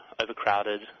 overcrowded